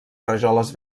rajoles